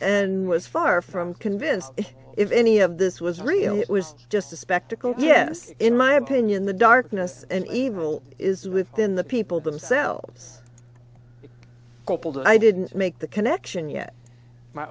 and was far from convinced if any of this was real it was just a spectacle yes in my opinion the darkness and evil is within the people themselves i didn't make the connection yet my